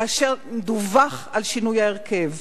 כאשר דווח על שינוי ההרכב,